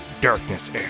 Darkness